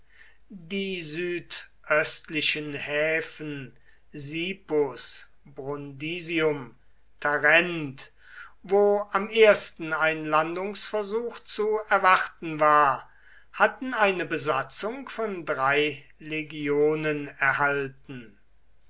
die südöstlichen häfen sipus brundisium tarent wo am ersten ein landungsversuch zu erwarten war hatten eine besatzung von drei legionen erhalten